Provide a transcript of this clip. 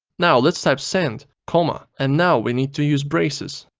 now, let's type send, comma, and now we need to use braces.